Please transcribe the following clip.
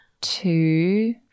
two